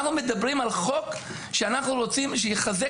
אנחנו מדברים על חוק שאנחנו רוצים שיחזק